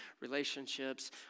relationships